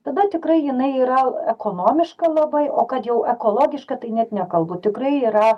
tada tikrai jinai yra ekonomiška labai o kad jau ekologiška tai net nekalbu tikrai yra